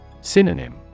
Synonym